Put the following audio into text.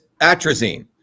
atrazine